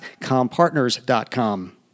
compartners.com